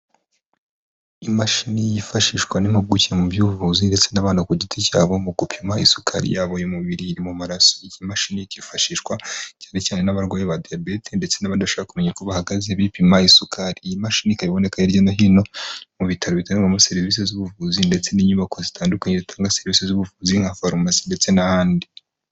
Imashini yifashishwa n'impuguke mu by'ubuvuzi ndetse n'abantu ku giti cyabo, mu gupima isukari yabo y'umubiri iri mu maraso. Iyi mashini yifashishwa cyane cyane n'abarwayi ba diyabete ndetse n'abandi bashaka kumenya uko bahagaze bipima isukari. Iyi mashini ikaba iboneka hirya no hino mu bitaro bitangirwamo serivisi z'ubuvuzi ndetse n'inyubako zitandukanye, zitanga serivisi z'ubuvuzi nka farumasi ndetse n'ahandi.